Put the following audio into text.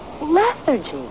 lethargy